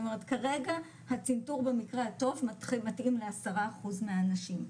אני אומרת כרגע הצנתור במקרה הטוב מתאים ל-10 אחוז מהאנשים,